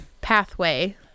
pathway